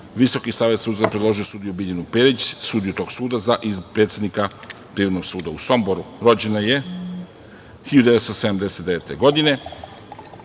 Visoki savet sudstva je predložio sudiju Biljanu Perić, sudiju tog suda, za predsednika Privrednog suda u Somboru. Rođena je 1979. godine.